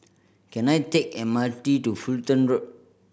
can I take M R T to Fulton Road